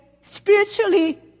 spiritually